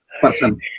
person